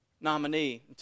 nominee